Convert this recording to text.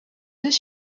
deux